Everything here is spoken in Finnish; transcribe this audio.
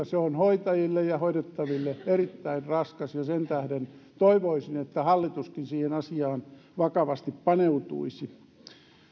se on hoitajille ja hoidettaville erittäin raskas sen tähden toivoisin että hallituskin siihen asiaan vakavasti paneutuisi